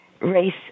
race